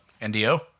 NDO